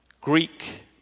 Greek